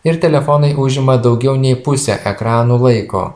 ir telefonai užima daugiau nei pusę ekranų laiko